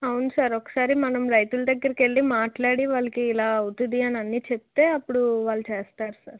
అవును సార్ ఒకసారి మనం రైతులు దగ్గరకు వెళ్ళి మాట్లాడి వాళ్ళకి ఇలా అవుతుంది అనన్నీ చెప్తే అప్పుడు వాళ్ళు చేస్తారు సార్